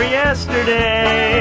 yesterday